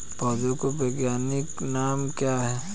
पौधों के वैज्ञानिक नाम क्या हैं?